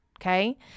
Okay